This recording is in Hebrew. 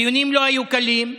הדיונים לא היו קלים,